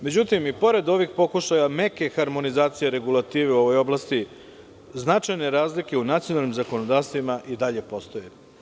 Međutim, i pored ovih pokušaja meke harmonizacije regulative u ovoj oblasti, značajne razlike u nacionalnim zakonodavstvima i dalje postoje.